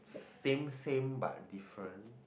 same same but different